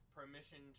permission